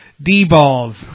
D-Balls